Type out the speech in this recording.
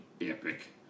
epic